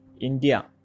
India